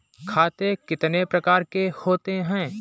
खाते कितने प्रकार के होते हैं?